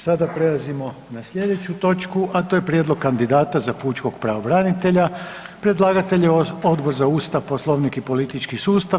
Sada prelazimo na sljedeću točku, a to je: Prijedlog kandidata za pučkog pravobranitelja Predlagatelj je Odbor za Ustav, Poslovnik i politički sustav.